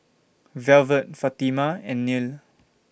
Velvet Fatima and Neal